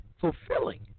fulfilling